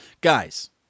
Guys